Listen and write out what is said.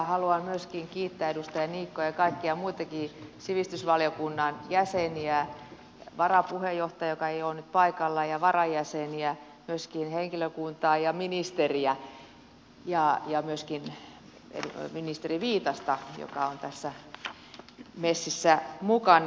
haluan myöskin kiittää edustaja niikkoa ja kaikkia muitakin sivistysvaliokunnan jäseniä varapuheenjohtajaa joka ei ole nyt paikalla ja varajäseniä myöskin henkilökuntaa ja ministeriä myöskin ministeri viitasta joka on tässä messissä mukana